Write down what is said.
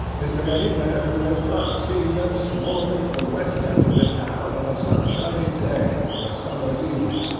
is there any man who has not seen them swarming at the west end of the town on a sunshiny day or a summer's evening,